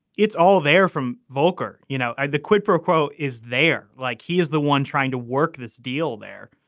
it's all there from volcker. you know, ah the quid pro quo is there. like he is the one trying to work this deal there.